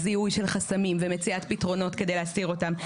זיהוי של חסמים ומציאת פתרונות כדי להסיר אותם.